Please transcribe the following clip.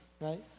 right